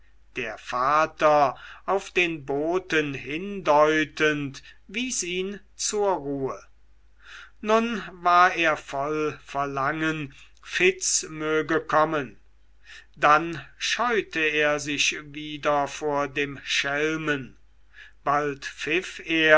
der vater auf den boten hindeutend wies ihn zur ruhe nun war er voll verlangen fitz möge kommen dann scheute er sich wieder vor dem schelmen bald pfiff er